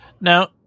Now